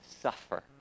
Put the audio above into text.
suffer